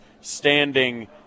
standing